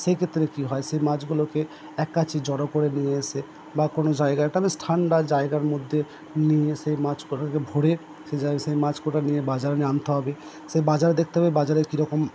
সেক্ষেত্রে কি হয় সে মাছগুলোকে এক কাছে জড়ো করে নিয়ে এসে বা কোনো জায়গাটা বেশ ঠান্ডা জায়গাটার মধ্যে নিয়ে এসে মাছ কটাকে ভরে সেই সেই মাছ কটা নিয়ে বাজারে নিয়ে আনতে হবে সেই বাজার দেখতে হবে বাজারের কিরকম